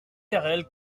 carrel